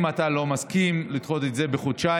אם אתה לא מסכים לדחות את זה בחודשיים,